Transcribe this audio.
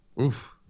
oof